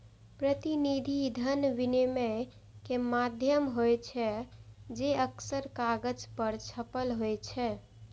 प्रतिनिधि धन विनिमय के माध्यम होइ छै, जे अक्सर कागज पर छपल होइ छै